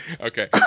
Okay